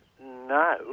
No